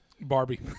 barbie